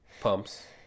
pumps